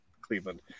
Cleveland